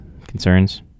concerns